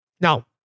Now